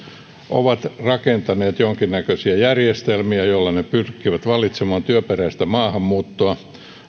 ovat rakentaneet jonkinnäköisiä järjestelmiä joilla ne pyrkivät valitsemaan työperäistä maahanmuuttoa